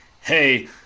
Hey